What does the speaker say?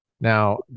now